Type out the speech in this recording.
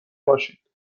باشید